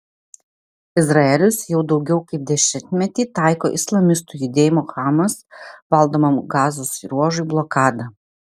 izraelis jau daugiau kaip dešimtmetį taiko islamistų judėjimo hamas valdomam gazos ruožui blokadą